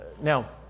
Now